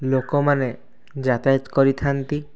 ଲୋକମାନେ ଯାତାୟାତ କରିଥାଆନ୍ତି